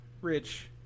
Rich